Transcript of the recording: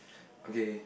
okay